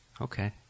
Okay